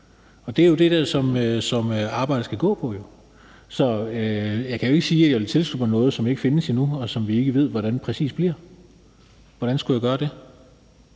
Det er jo det, som arbejdet skal gå på. Så jeg kan jo ikke sige, at jeg vil tilslutte mig noget, som ikke findes endnu, og som vi ikke ved hvordan præcis bliver. Hvordan skulle jeg gøre det?